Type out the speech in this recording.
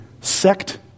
sect